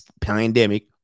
pandemic